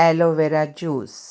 aloe vera juice